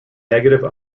negative